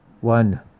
one